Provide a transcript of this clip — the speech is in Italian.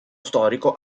storico